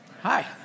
Hi